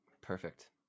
Perfect